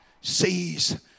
sees